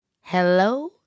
hello